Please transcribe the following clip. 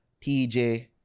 tj